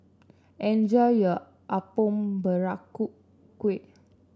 enjoy your Apom Berkuah